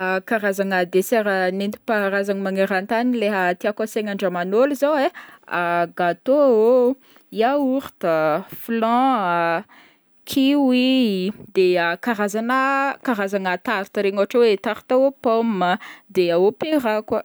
Karazagna dessert nentim-paharazany maneran-tany leha tiàko asaina andraman'ôlo zao ai, gâteau ô, yaourt a, flan a, kiwi, de karazana karazana tarte regny ôhatra hoe tarte au pomme de opéra koa.